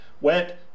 wet